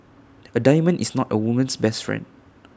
A diamond is not A woman's best friend